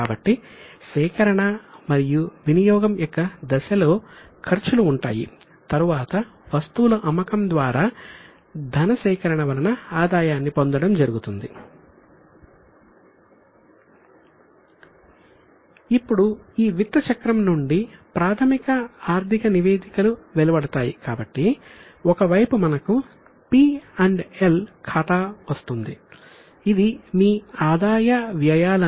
కాబట్టి సేకరణ మరియు వినియోగం యొక్క దశలో ఖర్చులు ఉంటాయి తరువాత వస్తువుల అమ్మకం ద్వారా ధన సేకరణ వలన ఆదాయాన్ని పొందడం జరుగుతుంది ఇప్పుడు ఈ విత్త చక్రం నుండి ప్రాథమిక ఆర్థిక నివేదికలు వెలువడతాయి కాబట్టి ఒక వైపు మనకు పి ఎల్ అంటాము